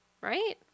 right